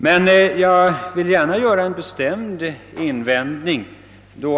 Jag vill emellertid gärna göra en bestämd invändning i ett annat hänseende.